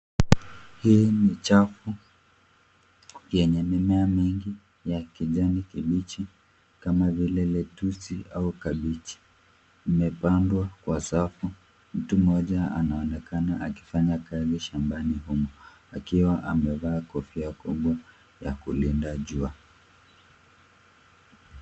Hii ni chafu yenye mimea mingi ya kijani kibichi kama vile letusi au kabichi. Imepandwa kwa safu. Mtu mmoja anaonekana akifanya kazi shambani humo akiwa amevaa kofia kubwa ya kulinda jua.